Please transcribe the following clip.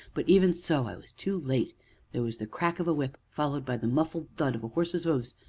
but, even so, i was too late there was the crack of a whip, followed by the muffled thud of a horse's hoofs,